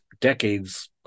decades